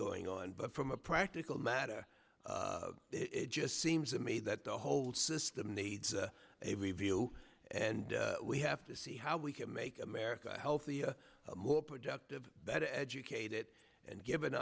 going on but from a practical matter it just seems to me that the whole system needs a review and we have to see how we can make america healthy more productive better educated and give an